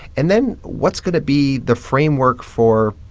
and then what's going to be the framework for,